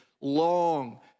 long